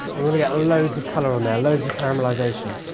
really get loads of color on there, loads of caramelization.